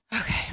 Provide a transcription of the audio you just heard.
Okay